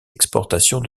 exportations